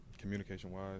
communication-wise